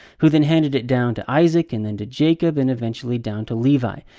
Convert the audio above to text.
who then handed it down to isaac, and then to jacob and eventually down to levi.